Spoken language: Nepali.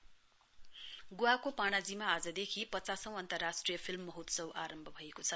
आईएफएफआई गोवाको पाणाजीमा आजदेखि पचासौं अन्तर्राष्ट्रिय फिल्म महात्सव आरम्भ भएको छ